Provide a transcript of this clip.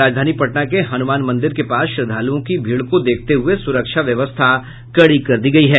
राजधानी पटना के हनुमान मंदिर के पास श्रद्धालुओं की भीड़ को देखते हुये सुरक्षा व्यवस्था कड़ी कर दी गयी है